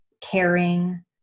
caring